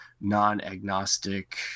non-agnostic